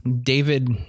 David